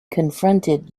confronted